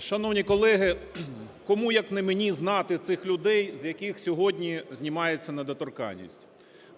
Шановні колеги, кому як не мені знати цих людей, з яких сьогодні знімається недоторканність.